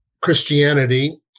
Christianity